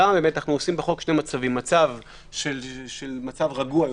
שם יש בחוק שני מצבים: מצב רגוע יותר,